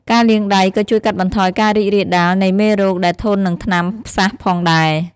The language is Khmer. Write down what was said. ការលាងដៃក៏ជួយកាត់បន្ថយការរីករាលដាលនៃមេរោគដែលធន់នឹងថ្នាំផ្សះផងដែរ។